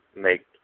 make